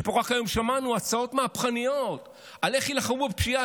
רק היום שמענו פה הצעות מהפכניות על איך יילחמו בפשיעה,